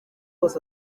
wose